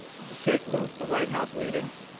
to shake loose the white house meeting,